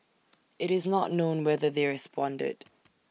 IT is not known whether they responded